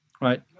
right